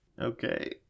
Okay